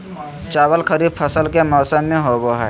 चावल खरीफ फसल के मौसम में होबो हइ